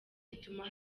gituma